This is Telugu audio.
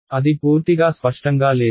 అది పూర్తిగా స్పష్టంగా లేదు